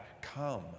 come